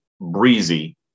breezy